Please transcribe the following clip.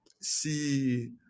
see